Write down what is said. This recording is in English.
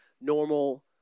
normal